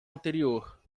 anterior